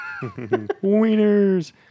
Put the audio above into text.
Wieners